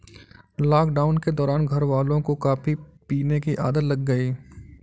lockdown के दौरान घरवालों को कॉफी पीने की आदत लग गई